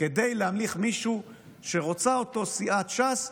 כדי להמליך מישהו שרוצה אותו סיעת ש"ס.